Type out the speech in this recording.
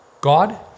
God